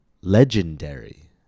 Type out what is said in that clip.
Legendary